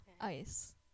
Ice